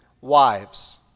wives